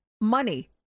money